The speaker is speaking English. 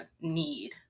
need